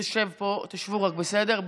תשבו, בסדר?